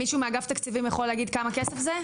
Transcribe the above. מישהו מאגף תקציבים יכול להגיד כמה כסף זה?